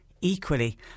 Equally